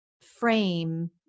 frame